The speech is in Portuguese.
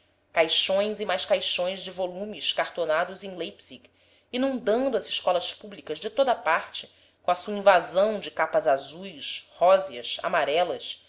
caixões e mais caixões de volumes cartonados em leipzig inundando as escolas públicas de toda a parte com a sua invasão de capas azuis róseas amarelas